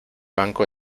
banco